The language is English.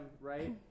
right